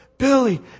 Billy